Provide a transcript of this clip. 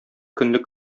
көнлек